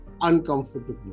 uncomfortably